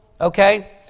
okay